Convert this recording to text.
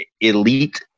elite